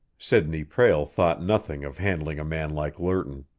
sidney prale thought nothing of handling a man like lerton.